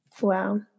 Wow